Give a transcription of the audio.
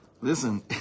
listen